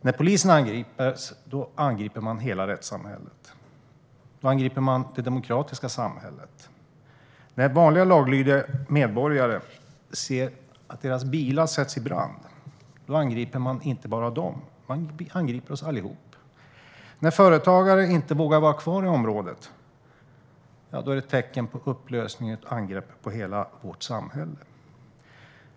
När polisen angrips så angrips hela rättssamhället och det demokratiska samhället. När vanliga laglydiga medborgare ser att deras bilar sätts i brand angriper man inte bara dem, utan man angriper oss allihop. När företagare inte vågar vara kvar i området är det ett tecken på upplösning och ett angrepp på hela vårt samhälle.